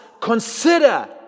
consider